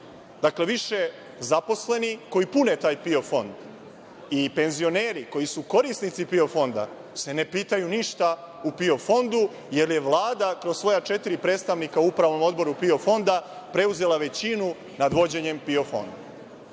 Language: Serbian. više se zaposleni koji pune taj PIO fond i penzioneri koji su korisnici PIO fonda ne pitaju ništa u PIO fondu, jer je Vlada kroz svoja četiri predstavnika Upravnog odbora PIO fonda preuzela većinu nad vođenjem PIO fonda.